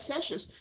Sessions